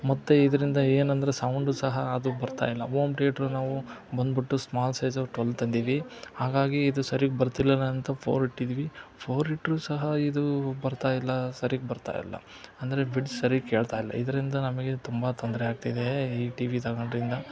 ಮತ್ತು ಇದರಿಂದ ಏನಂದ್ರೆ ಸೌಂಡು ಸಹ ಅದು ಬರ್ತಾ ಇಲ್ಲ ಓಮ್ ಟಿಯೇಟ್ರು ನಾವು ಬಂದ್ಬಿಟ್ಟು ಸ್ಮಾಲ್ ಸೈಝು ಟ್ವಲ್ ತಂದಿದೀವಿ ಹಾಗಾಗಿ ಇದು ಸರೀಗೆ ಬರ್ತಿಲ್ಲಂತ ಫೋರ್ ಇಟ್ಟಿದೀವಿ ಫೋರ್ ಇಟ್ರೂ ಸಹ ಇದು ಬರ್ತಾ ಇಲ್ಲ ಸರೀಗೆ ಬರ್ತಾ ಇಲ್ಲ ಅಂದರೆ ಬಿಟ್ಸ್ ಸರೀಗೆ ಕೇಳ್ತಾ ಇಲ್ಲ ಇದರಿಂದ ನಮಗೆ ತುಂಬ ತೊಂದರೆ ಆಗ್ತಿದೆ ಈ ಟಿ ವಿ ತಗೊಂಡ್ರಿಂದ